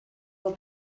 will